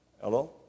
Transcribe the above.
Hello